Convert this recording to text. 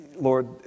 Lord